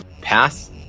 pass